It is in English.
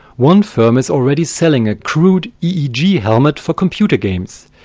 one firm is already selling a crude eeg helmet for computer games.